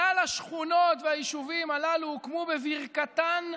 כל השכונות והיישובים הללו הוקמו בברכתן,